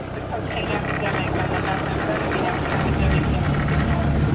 the cocaine epidemic and the methamphetamine epidemic, in particular.